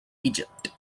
egypt